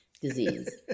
disease